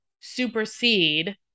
supersede